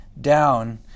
down